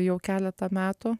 jau keletą metų